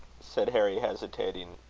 said harry, hesitating,